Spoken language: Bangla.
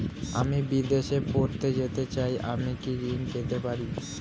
আমি বিদেশে পড়তে যেতে চাই আমি কি ঋণ পেতে পারি?